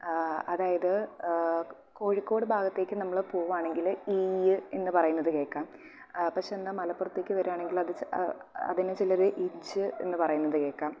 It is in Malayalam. അതായത് കോഴിക്കോട് ഭാഗത്തേക്ക് നമ്മള് പോകുവാണെങ്കില് ഇയ് എന്ന് പറയുന്നത് കേൾക്കാം പക്ഷേ എന്നാൽ മലപ്പുറത്തേക്ക് വരികയാണെങ്കിൽ ആ അതിനെ ചിലര് ഇച്ച് എന്ന് പറയുന്നത് കേൾക്കാം